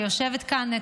שיושבת כאן,